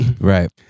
Right